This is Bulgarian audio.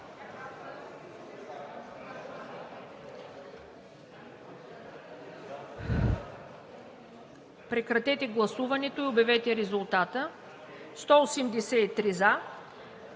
прекратете гласуването и обявете резултата: 92 – за,